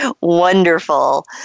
Wonderful